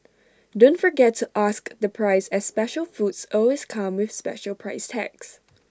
don't forget to ask the price as special foods always come with special price tags